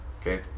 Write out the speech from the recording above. Okay